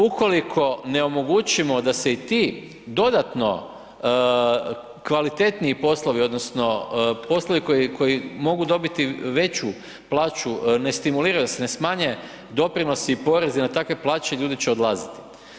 Ukoliko ne omogućimo da se i ti dodatno kvalitetniji poslovi odnosno poslovi koji mogu dobiti veću plaću, ne stimuliraju se, ne smanje doprinosi i porezi na takve plaće, ljudi će odlaziti.